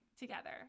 together